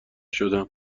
شدم